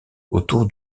autour